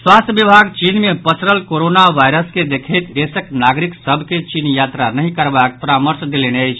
स्वास्थ्य विभाग चीन मे पसरल कोरोना वायरस के देखैत देशक नागरिक सभ के चीन यात्रा नहि करबाक परामर्श देलनि अछि